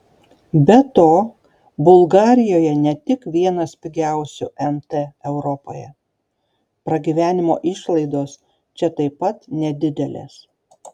be to bulgarijoje ne tik vienas pigiausių nt europoje pragyvenimo išlaidos čia taip pat nedidelės